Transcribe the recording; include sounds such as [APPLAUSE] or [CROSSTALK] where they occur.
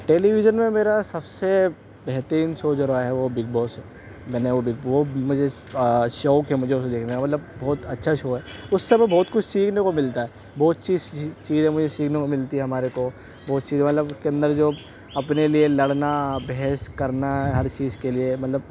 ٹیلی vision میں میرا سب سے بہترین شو جو رہا ہے وہ بگ بوس ہے میں نے وہ بگ مجھے شوق ہے مجھے اسے دیکھنے کا مطلب بہت اچھا شو ہے اس سے ہمیں بہت کچھ سیکھنے کو ملتا ہے بہت چیزیں مجھے سیکھنے کو ملتی ہیں ہمارے کو بہت چیز مطلب [UNINTELLIGIBLE] اپنے لیے لڑنا بحث کرنا ہر چیز کے لیے مطلب